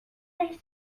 res